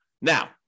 Now